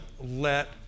let